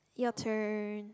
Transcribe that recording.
your turn